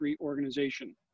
organization